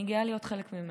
אני גאה להיות חלק ממנה.